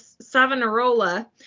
Savonarola